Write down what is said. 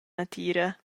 natira